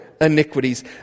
iniquities